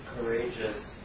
courageous